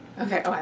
Okay